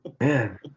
Man